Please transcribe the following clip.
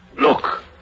Look